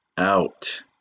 out